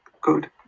Good